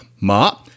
Ma